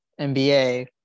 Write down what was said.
NBA